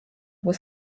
was